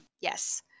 Yes